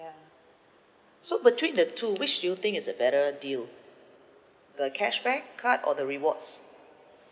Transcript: ya so between the two which do you think is a better deal the cashback card or the rewards